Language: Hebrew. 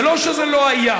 זה לא שזה לא היה,